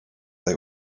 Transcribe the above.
they